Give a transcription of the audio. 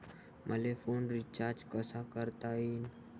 मले phone recharge कसा करता येईन?